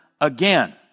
again